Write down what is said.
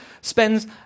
spends